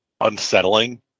unsettling